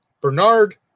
Bernard